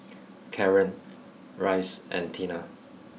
Caren Rice and Tina